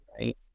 right